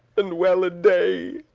and well-a-day,